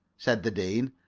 said the dean.